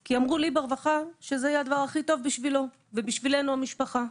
כי אמרו לי ברווחה שזה יהיה הדבר הכי טוב בשבילו ובשבילנו המשפחה.